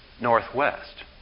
Northwest